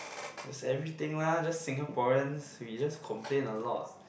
everything lah just Singaporean we just complain a lot